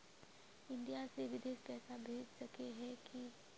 India से बिदेश पैसा भेज सके है की?